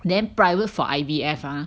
then private for I_V_F ah